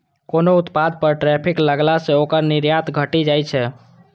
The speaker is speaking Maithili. कोनो उत्पाद पर टैरिफ लगला सं ओकर निर्यात घटि जाइ छै